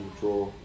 draw